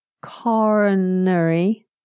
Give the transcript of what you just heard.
coronary